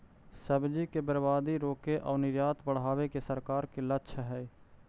सब्जि के बर्बादी रोके आउ निर्यात बढ़ावे के सरकार के लक्ष्य हइ